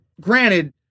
granted